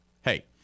hey